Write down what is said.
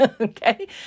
Okay